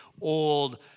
old